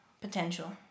potential